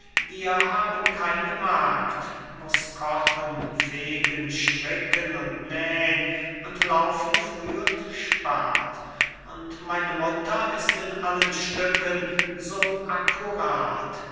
wir haben keine magd muß kochen fegen stricken und nähn und laufen früh und spat und meine mutter ist in allen stücken